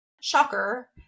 shocker